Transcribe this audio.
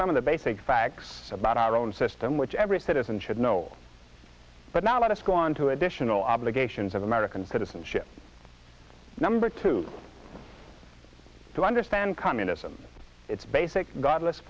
some of the basic facts about our own system which every citizen should know but now let us go on to additional obligations of american citizenship number two i do understand communism its basic godless